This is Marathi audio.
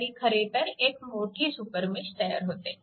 आणि शेवटी खरेतर एक मोठी सुपरमेश तयार होते